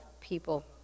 people